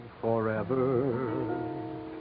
forever